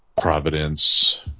Providence